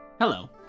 Hello